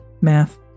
Math